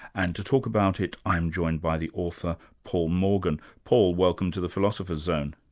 and to talk about it, i'm joined by the author, paul morgan. paul, welcome to the philosopher's zone.